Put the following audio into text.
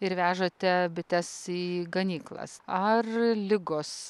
ir vežate bites į ganyklas ar ligos